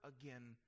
again